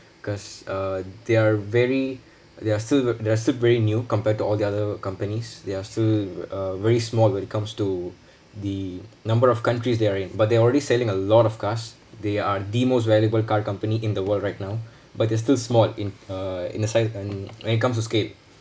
because uh they're very they are still v~ they're still very new compared to all the other companies they are still a very small when it comes to the number of countries they are in but there are already selling a lot of cars they are the most valuable car company in the world right now but they're still small in uh in the size and when it comes to scale